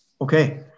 Okay